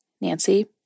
Nancy